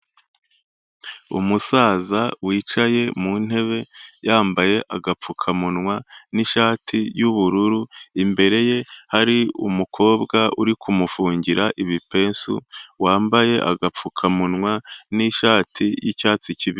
Umusaza wicaye mu ntebe yambaye agapfukamunwa n'ishati y'ubururu, imbere ye hari umukobwa uri kumufungira ibipesu, wambaye agapfukamunwa n'ishati y'icyatsi kibisi.